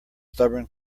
stubborn